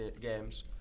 games